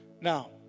Now